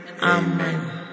amen